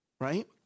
Right